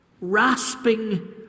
Rasping